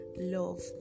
love